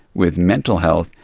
with mental health,